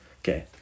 Okay